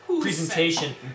presentation